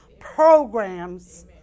programs